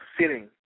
sitting